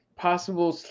Possible